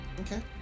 Okay